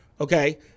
okay